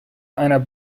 einer